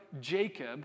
Jacob